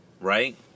right